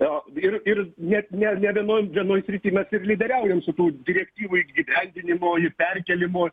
o ir ir net ne ne vienoj vienoj srity mes ir lyderiaujam su tų direktyvų įgyvendinimo ir perkėlimo